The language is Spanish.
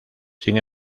sin